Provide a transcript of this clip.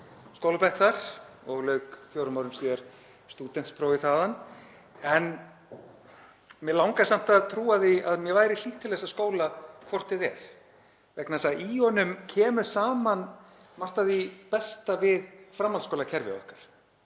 skólabekk þar og lauk fjórum árum síðar stúdentsprófi þaðan. En mig langar samt að trúa því að mér væri hlýtt til þessa skóla hvort eð er vegna þess að í honum kemur saman margt af því besta við framhaldsskólakerfið okkar.